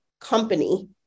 company